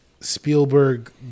Spielberg